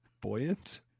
Buoyant